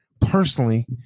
personally